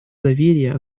доверие